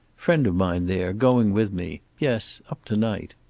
friend of mine there, going with me. yes, up to to-night.